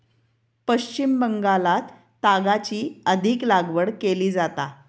पश्चिम बंगालात तागाची अधिक लागवड केली जाता